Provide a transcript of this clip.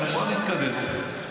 בואו נתקדם.